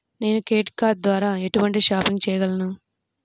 నేను credit card ద్వార ఎటువంటి షాపింగ్ చెయ్యగలను?